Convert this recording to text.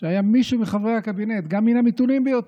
שהיה מישהו מחברי הקבינט, גם מן המתונים ביותר,